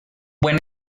buen